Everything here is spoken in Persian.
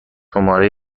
شماره